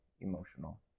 emotional